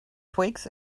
twigs